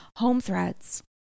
HomeThreads